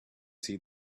see